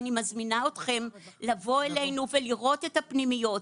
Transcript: אני מזמינה אתכם לבוא אלינו ולראות את הפנימיות,